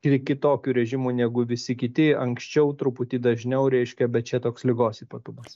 kitokiu režimu negu visi kiti anksčiau truputį dažniau reiškia bet čia toks ligos ypatumas